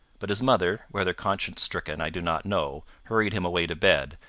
but his mother, whether conscience-stricken i do not know hurried him away to bed,